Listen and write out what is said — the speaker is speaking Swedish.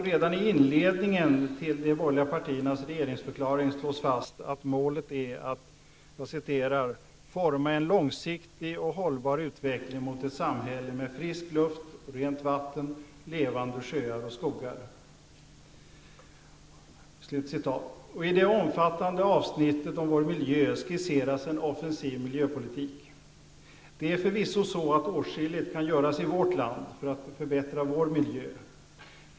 Redan i inledningen till de borgerliga partiernas regeringsförklaring slås fast att målet är ''att forma en långsiktig och hållbar utveckling mot ett samhälle med frisk luft och rent vatten, levande sjöar och skogar''. I det omfattande avsnittet om vår miljö skisseras en offensiv miljöpolitik. Det är förvisso så att åtskilligt kan göras i vårt land för att förbättra vår miljö.